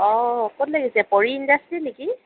অঁ ক'ত লাগিছে পৰী ইণ্ডাষ্ট্ৰী নেকি